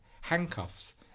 handcuffs